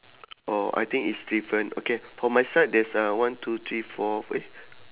oh I think it's different okay for my side there's uh one two three four eh